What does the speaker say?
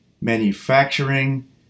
manufacturing